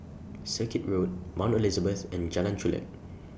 Circuit Road Mount Elizabeth and Jalan Chulek